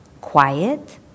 quiet